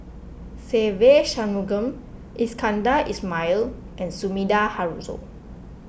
Se Ve Shanmugam Iskandar Ismail and Sumida Haruzo